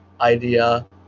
idea